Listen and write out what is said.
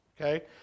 Okay